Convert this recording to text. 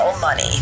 Money